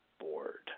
board